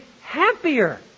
happier